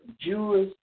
Jewish